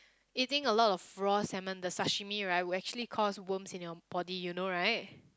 eating a lot of raw salmon the sashimi right will actually cause worms in your body you know right